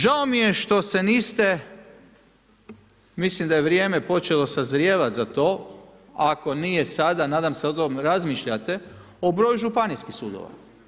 Žao mi je što se niste mislim da je vrijeme počelo sazrijevati za to, ako nije sada, nadam se da o tome razmišljate o broju županijskih sudova.